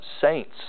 saints